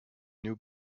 new